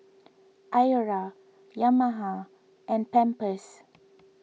Iora Yamaha and Pampers